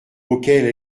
auxquelles